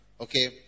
Okay